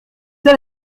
elle